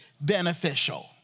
beneficial